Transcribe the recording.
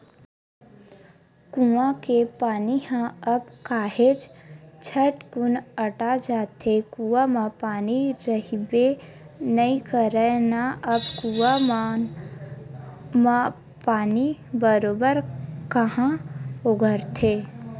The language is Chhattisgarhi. कुँआ के पानी ह अब काहेच झटकुन अटा जाथे, कुँआ म पानी रहिबे नइ करय ना अब कुँआ मन म पानी बरोबर काँहा ओगरथे